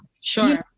Sure